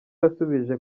yasubije